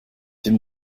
dem